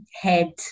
head